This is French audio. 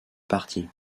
parti